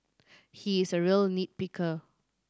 he is a real nit picker